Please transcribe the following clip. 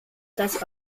das